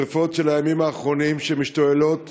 לשרפות של הימים האחרונים, שמשתוללות